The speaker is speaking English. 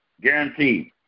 Guaranteed